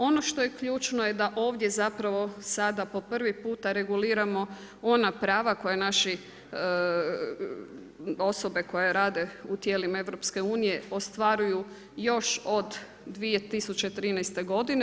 Obo što je ključno je da ovdje zapravo sada po prvi puta reguliramo ona prava koje naši osobe koje rade u tijelima EU ostvaruju još od 2013. godine.